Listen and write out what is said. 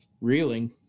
reeling